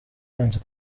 yanze